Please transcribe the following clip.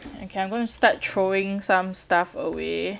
okay I'm going to start throwing some stuff away